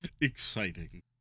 Exciting